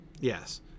Yes